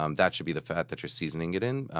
um that should be the fat that you're seasoning it in,